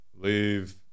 Leave